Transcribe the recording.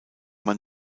man